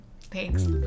Thanks